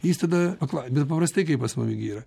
jis tada aklai bet paprastai kaip pas mumis gi yra